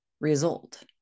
result